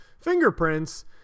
fingerprints